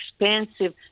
expensive